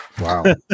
Wow